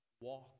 walk